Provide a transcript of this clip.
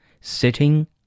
sitting